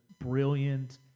brilliant